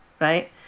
right